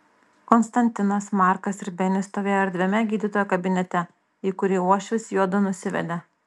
konstantinas markas ir benis stovėjo erdviame gydytojo kabinete į kurį uošvis juodu nusivedė